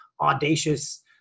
audacious